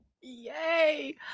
Yay